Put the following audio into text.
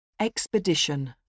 expedition